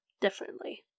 differently